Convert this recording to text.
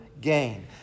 gain